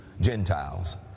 Gentiles